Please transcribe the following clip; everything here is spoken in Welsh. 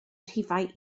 rhifau